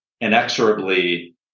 inexorably